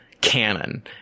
canon